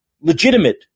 legitimate